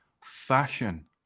Fashion